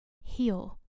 heal